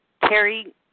Terry